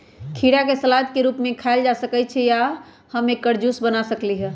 खीरा के सलाद के रूप में खायल जा सकलई ह आ हम एकर जूस बना सकली ह